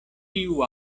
tiu